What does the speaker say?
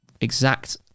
exact